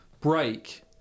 break